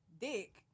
Dick